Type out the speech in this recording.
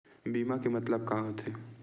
बीमा के मतलब का होथे?